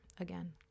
Again